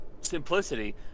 simplicity